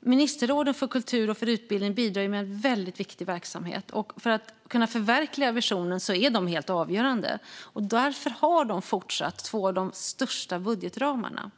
ministerråden för kultur och utbildning bidrar med en väldigt viktig verksamhet. För att kunna förverkliga visionen är de helt avgörande. Därför har de fortsatt de största budgetramarna.